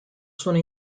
sono